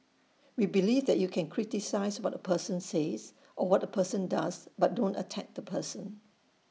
we believe that you can criticise what A person says or what A person does but don't attack the person